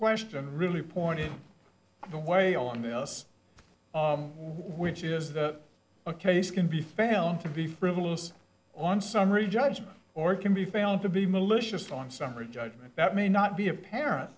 question really pointed the way on the us which is that a case can be found to be frivolous on summary judgment or can be found to be malicious on summary judgment that may not be apparent